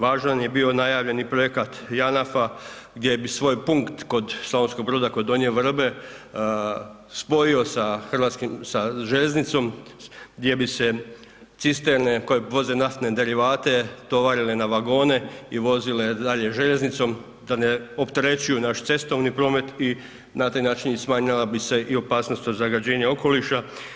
Važan je bio najavljeni projekat JANAF-a gdje bi svoj punkt kod Slavonskog Broda kod Donje Vrbe spojio sa željeznicom, gdje bi se cisterne koje vode naftne derivate tovarile na vagone i vozile dalje željeznicom da ne opterećuju naš cestovni promet i na taj način smanjila bi se i opasnost od zagađenja okoliša.